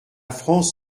france